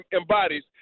embodies